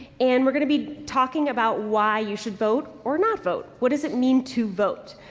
and we're going to be talking about why you should vote or not vote. what does it mean to vote?